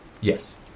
Yes